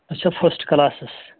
اچھا first classes